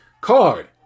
card